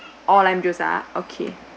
all lime juice ah okay